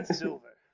silver